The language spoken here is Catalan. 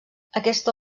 aquesta